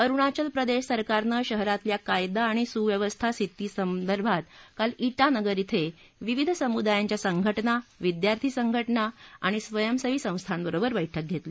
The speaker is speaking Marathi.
अरुणाचल प्रदेश सरकारनं शहरातल्या कायदा आणि सुव्यवस्था स्थितीसंदर्भात काल ई मगर इथं विविध समुदायांच्या संघ जा विद्यार्थी संघजा आणि स्वयंसेवी संस्थांबरोबर बैठक घेतली